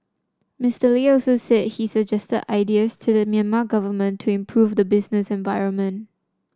Mister Lee also said he suggested ideas to the Myanmar government to improve the business environment